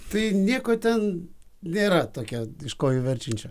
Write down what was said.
tai nieko ten nėra tokio iš kojų verčiančio